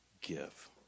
give